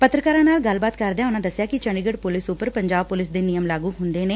ਪੱਤਰਕਾਰਾਂ ਨਾਲ ਗੱਲਬਾਤ ਕਰਦਿਆਂ ਉਨ੍ਹਾਂ ਦੱਸਿਆ ਕਿ ਚੰਡੀਗੜ੍ਹ ਪੁਲਿਸ ਉਂਪਰ ਪੰਜਾਬ ਪੁਲਿਸ ਦੇ ਨਿਯਮ ਲਾਗੂ ਹੁੰਦੇ ਨੇ